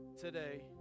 today